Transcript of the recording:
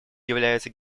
является